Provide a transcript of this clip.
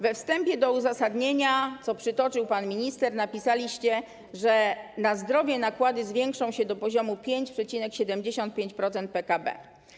We wstępie do uzasadnienia, co przytoczył pan minister, napisaliście, że nakłady na zdrowie zwiększą się do poziomu 5,75% PKB.